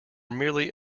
merely